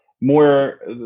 more